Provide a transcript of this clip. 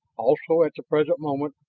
also, at the present moment,